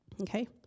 Okay